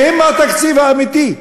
שהם התקציב האמיתי.